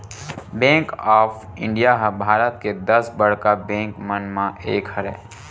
bank of India ह भारत के दस बड़का बेंक मन म एक हरय